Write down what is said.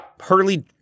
Hurley